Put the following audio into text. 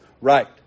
right